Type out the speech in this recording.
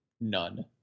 none